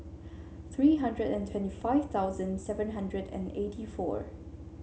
three hundred and twenty five thousand seven hundred and eighty four